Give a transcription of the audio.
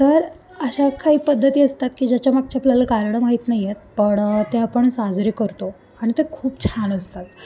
तर अशा काही पद्धती असतात की ज्याच्यामागची आपल्याला कारणं माहीत नाही आहेत पण ते आपण साजरे करतो आणि ते खूप छान असतात